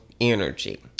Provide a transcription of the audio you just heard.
energy